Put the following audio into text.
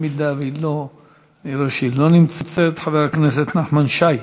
אם נראה שהיא לא נמצאת, חבר הכנסת נחמן שי.